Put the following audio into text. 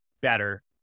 better